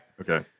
Okay